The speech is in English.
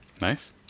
Nice